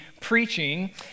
preaching